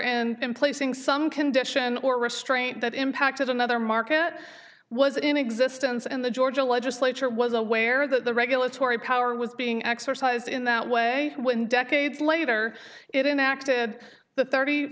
and placing some condition or restraint that impacted another market was in existence in the georgia legislature was aware that the regulatory power was being exercised in that way when decades later it interacted the thirty